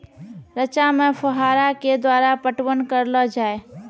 रचा मे फोहारा के द्वारा पटवन करऽ लो जाय?